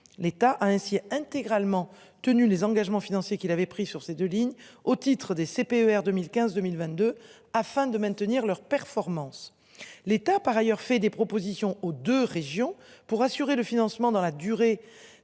l'État a ainsi intégralement tenus les engagements financiers qu'il avait pris sur ses 2 lignes au titre des CPER 2015 2022 afin de maintenir leurs performances. L'État a par ailleurs fait des propositions aux deux régions pour assurer le financement dans la durée